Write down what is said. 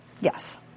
Yes